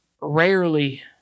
rarely